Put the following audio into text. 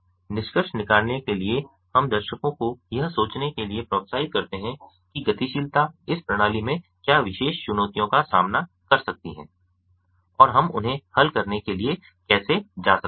निष्कर्ष निकालने के लिए हम दर्शकों को यह सोचने के लिए प्रोत्साहित करते हैं कि गतिशीलता इस प्रणाली में क्या विशेष चुनौतियों का सामना कर सकती है और हम उन्हें हल करने के लिए कैसे जा सकते हैं